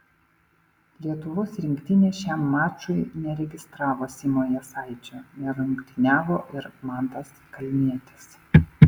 lietuvos rinktinė šiam mačui neregistravo simo jasaičio nerungtyniavo ir mantas kalnietis